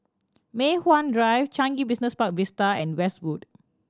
Mei Hwan Drive Changi Business Park Vista and Westwood